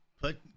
put